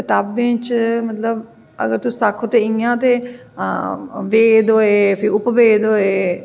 कताबें च ते इयां अगर तुस आक्खो ते वेद होए उपवेद होए